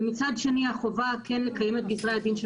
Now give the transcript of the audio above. ומצד שני החובה כן לקיים את גזרי הדין של